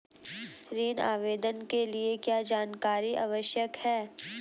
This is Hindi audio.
ऋण आवेदन के लिए क्या जानकारी आवश्यक है?